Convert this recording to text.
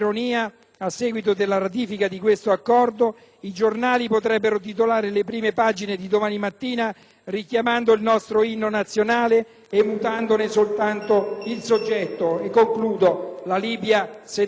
richiamando il nostro inno nazionale e mutandone soltanto il soggetto, "La Libia s'è desta!". Ma l'Italia? L'Italia si è al contrario piegata ad una falsa *realpolitik*?